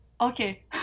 okay